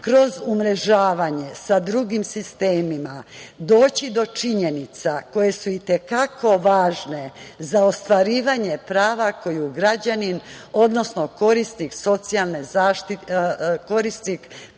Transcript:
kroz umrežavanje sa drugim sistemima doći do činjenica koje su i te kako važne za ostvarivanje prava koje građani, odnosno korisnici prava iz socijalne zaštite traže.